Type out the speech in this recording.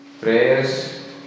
prayers